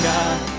God